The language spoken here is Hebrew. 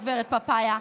הגב' פפאיה,